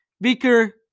Beaker